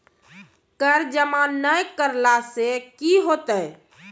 कर जमा नै करला से कि होतै?